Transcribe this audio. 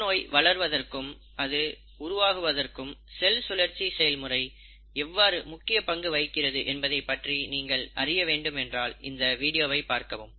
புற்றுநோய் வளர்வதற்கும் அது உருவாக்குவதற்கும் செல் சுழற்சி செயல்முறை எவ்வாறு முக்கிய பங்கு வகிக்கிறது என்பதை பற்றி நீங்கள் அறிய வேண்டும் என்றால் இந்த வீடியோவை பார்க்கவும்